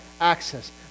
access